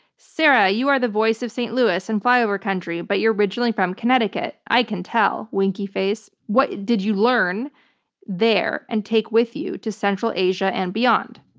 sarah, you are the voice of st. louis and flyover country, but you're originally from connecticut. i can tell, winky face. what did you learn there and take with you to central asia and beyond?